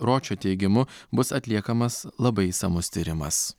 ročio teigimu bus atliekamas labai išsamus tyrimas